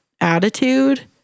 attitude